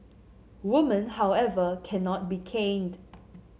woman however cannot be caned